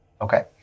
Okay